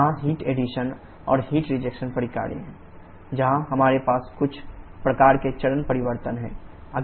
यहां heat addition और heat rejection प्रक्रियाएं हैं जहां हमारे पास कुछ प्रकार के चरण परिवर्तन हैं